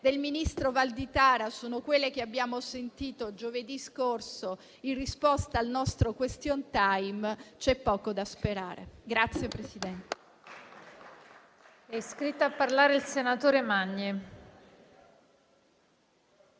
del ministro Valditara sono quelle che abbiamo sentito giovedì scorso in risposta al nostro *question time,* c'è poco da sperare.